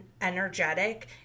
energetic